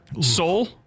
Soul